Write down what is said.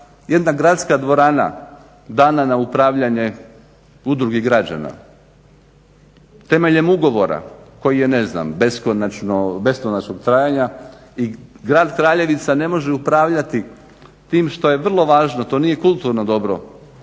jedna gradska dvorana dana na upravljanje udruzi građana, temeljem ugovora koji je ne znam beskonačnog trajanja i grad Kraljevica ne može upravljati tim što je vrlo važno, to nije kulturno dobro,